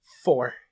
Four